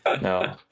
No